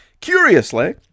Curiously